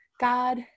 God